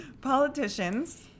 Politicians